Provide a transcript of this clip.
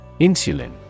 Insulin